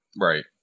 Right